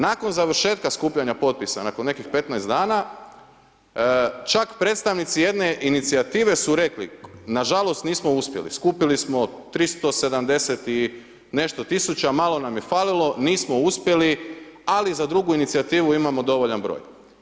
Nakon završetka skupljanja potpisa, nakon nekih 15 dana, čak predstavnici jedne inicijative su rekli, nažalost nismo uspjeli skupili smo 370 i nešto tisuća, malo nam je falilo, nismo uspjeli ali za drugu inicijativu imamo dovoljan broj.